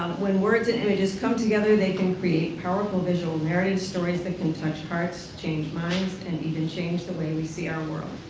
when words and images come together, they can create powerful visual narratives, stories that can touch hearts, change minds, and even change the way we see our world.